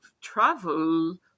travel